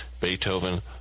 Beethoven